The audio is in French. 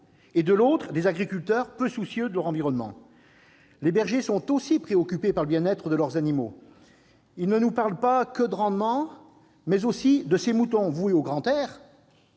et, de l'autre, des agriculteurs peu soucieux de leur environnement. Les bergers sont aussi préoccupés par le bien-être de leurs animaux. Ils ne nous parlent pas que de rendement, mais aussi de moutons voués au grand air,